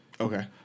Okay